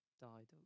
died